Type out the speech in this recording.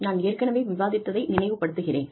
நான் ஏற்கனவே விவாதித்ததை நினைவுப்படுத்துகிறேன்